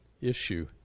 issue